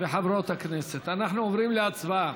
וחברות הכנסת, אנחנו עוברים להצבעה.